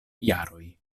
jaroj